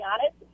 honest